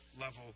level